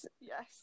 Yes